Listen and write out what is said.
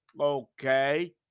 Okay